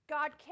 God